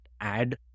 add